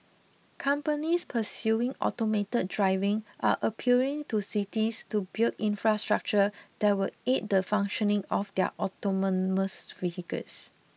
companies pursuing automated driving are appealing to cities to build infrastructure that will aid the functioning of their autonomous vehicles